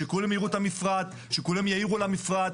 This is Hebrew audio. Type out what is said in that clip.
שכולם יראו את המפרט, שכולם יעירו על המפרט.